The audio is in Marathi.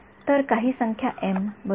तर काही संख्या एम बरोबर